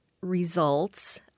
results